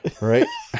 Right